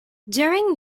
during